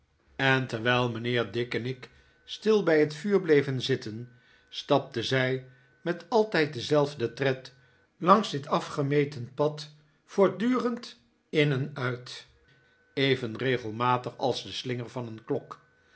en david copperfield terwijl mijnheer dick en ik stil bij net vuur bleven zitten stapte zij met altijd denzelfden tred langs dit af gemeten pad voortdurend in en uit even regelmatig als de slinger van een klok